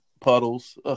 puddles